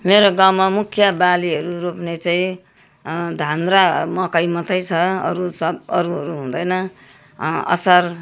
मेरो गाउँमा मुख्य बालीहरू रोप्ने चाहिँ धान र मकै मात्रै छ अरू सब अरूहरू हुँदैन असार